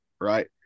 right